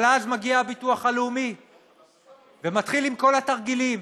אבל אז מגיע ביטוח לאומי ומתחיל עם כל התרגילים: